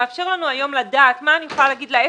שמאפשרות לנו היום לדעת מה אני יכולה לומר לעסק,